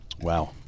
Wow